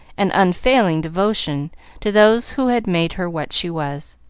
and unfailing devotion to those who had made her what she was.